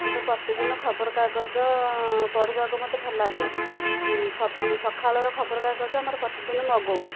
ମୋର ପ୍ରତିଦିନ ଖବର କାଗଜ ପଢ଼ିବାକୁ ମତେ ଭଲ ଲାଗେ ସଖାଳର ଖବର କାଗଜ ଆମର ପ୍ରତିଦିନ ମଗଉଁ